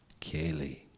Kaylee